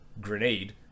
grenade